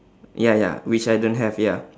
ya ya which I don't have ya